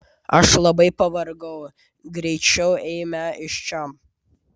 aš labai pavargau greičiau eime iš čia